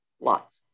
Lots